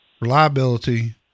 reliability